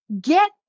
get